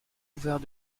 couvert